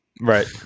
Right